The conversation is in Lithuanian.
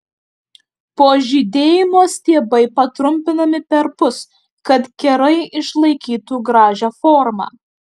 po žydėjimo stiebai patrumpinami perpus kad kerai išlaikytų gražią formą